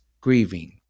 grieving